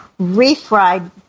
refried